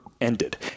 ended